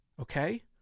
okay